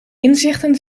inzichten